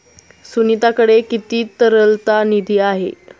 सुनीताकडे किती तरलता निधी आहे?